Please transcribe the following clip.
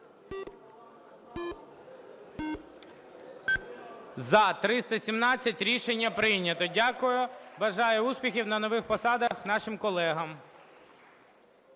За-317 Рішення прийнято. Дякую. Бажаю успіхів на нових посадах нашим колегам.